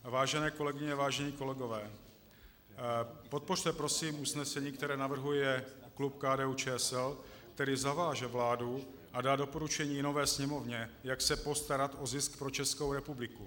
Vážené kolegyně, vážení kolegové, podpořte prosím usnesení, které navrhuje klub KDUČSL, které zaváže vládu a dá doporučení nové Sněmovně, jak se postarat o zisk pro Českou republiku.